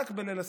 רק בליל הסדר.